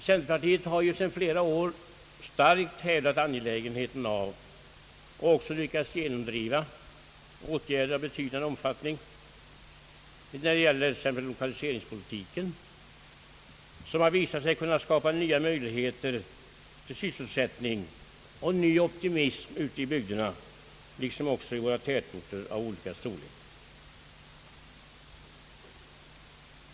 Centerpartiet har ju under flera år starkt hävdat angelägenheten av och även lyckats genomdriva åtgärder av betydande omfattning, t.ex. när det gäller lokaliseringspolitiken, som har visat sig kunna skapa nya möjligheter till sysselsättning och ny optimism ute i bygderna liksom också i våra tätorter av olika storlek.